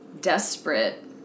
desperate